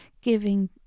giving